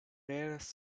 rarest